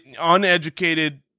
uneducated